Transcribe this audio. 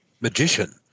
magician